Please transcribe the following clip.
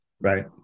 Right